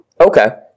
Okay